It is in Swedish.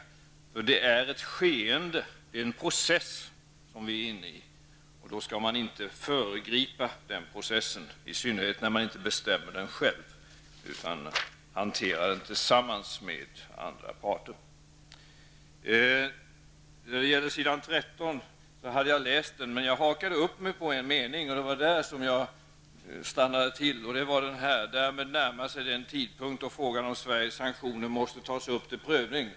Vi är nämligen nu inne i ett skeende, en process, och då skall man inte föregripa den processen, i synnerhet när man inte bestämmer över den själv utan hanterar den tillsammans med andra parter. Jag har läst vad som står på s.13 i regeringsdeklarationen, men jag hakade upp mig på en mening, och det var den här: ''Därmed närmar sig den tidpunkt, då frågan om Sveriges sanktioner måste tas upp till prövning.''